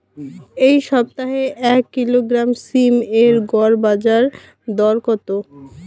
এই সপ্তাহে এক কিলোগ্রাম সীম এর গড় বাজার দর কত?